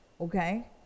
okay